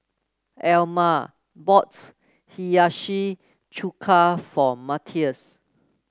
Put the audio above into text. Elmer bought Hiyashi Chuka for Mathias